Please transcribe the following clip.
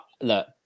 look